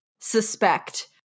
Suspect